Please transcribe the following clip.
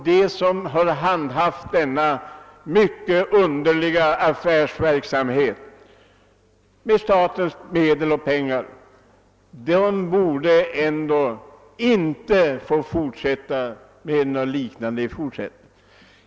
De som handhaft denna mycket underliga affärsverksamhet med statens medel borde inte få syssla med något liknande i fortsättningen.